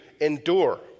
endure